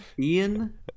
Ian